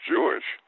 Jewish